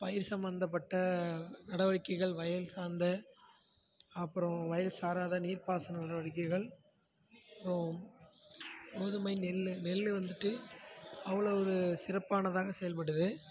பயிர் சம்மந்தப்பட்ட நடவடிக்கைகள் வயல் சார்ந்த அப்புறம் வயல் சாராத நீர்ப்பாசன நடவடிக்கைகள் அப்புறம் கோதுமை நெல் நெல் வந்துட்டு அவ்வளோ ஒரு சிறப்பானதாக செயல்படுது ஒரு